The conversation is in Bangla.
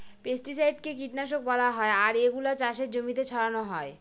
পেস্টিসাইডকে কীটনাশক বলা হয় আর এগুলা চাষের জমিতে ছড়ানো হয়